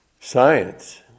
Science